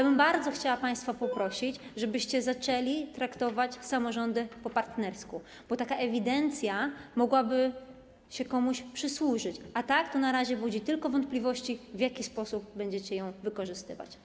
Bardzo bym chciała państwa poprosić, żebyście zaczęli traktować samorządy po partnersku, bo taka ewidencja mogłaby się komuś przysłużyć, a na razie budzi tylko wątpliwości, w jaki sposób będziecie ją wykorzystywać.